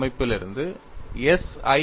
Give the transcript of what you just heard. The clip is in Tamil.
எஸ் அமைப்பிலிருந்து எஸ்